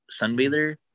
Sunbather